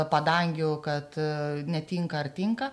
padangių kad netinka ar tinka